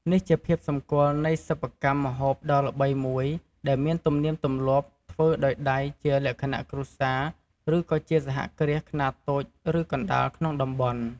នេះជាភាពសម្គាល់នៃសិប្បកម្មម្ហូបដ៏ល្បីមួយ ដែលមានទំនៀមទម្លាប់ធ្វើដោយដៃជាលក្ខណៈគ្រួសារឬក៏ជាសហគ្រាសខ្នាតតូចឬកណ្ដាលក្នុងតំបន់។